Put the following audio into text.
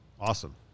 Awesome